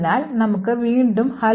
അതിനാൽ നമുക്ക് വീണ്ടും hello